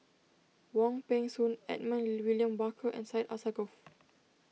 Wong Peng Soon Edmund William Barker and Syed Alsagoff